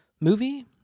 movie